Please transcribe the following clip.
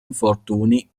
infortuni